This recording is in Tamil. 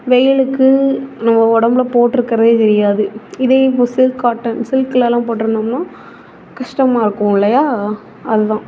வெயிலுக்கு நம்ம உடம்புல போட்டுருக்கறதே தெரியாது இதே இப்போது சில்க் காட்டன் சில்க்லலாம் போட்டுருந்தோம்னா கஷ்டமாக இருக்கும் இல்லையா அதான்